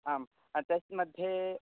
आं तत् मध्ये